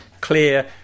clear